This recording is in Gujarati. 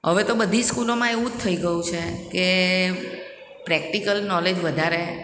હવે તો બધી જ સ્કૂલોમાં એવું જ થઈ ગયું છે કે પ્રેક્ટિકલ નૉલેજ વધારે